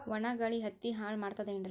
ಒಣಾ ಗಾಳಿ ಹತ್ತಿ ಹಾಳ ಮಾಡತದೇನ್ರಿ?